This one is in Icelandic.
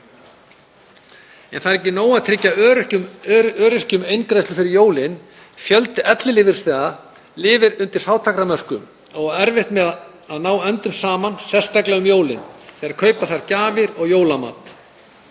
En ekki er nóg að tryggja öryrkjum eingreiðslu fyrir jólin. Fjöldi ellilífeyrisþega lifir undir fátæktarmörkum og á erfitt með að ná endum saman, sérstaklega um jólin þegar kaupa þarf gjafir og jólamat.